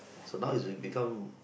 so it's been become